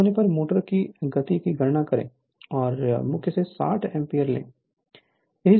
load होने पर motor की गति की गणना करें और मुख्य से 60 एम्पीयर लें यही समस्या है